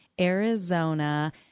Arizona